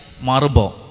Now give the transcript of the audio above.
Marbo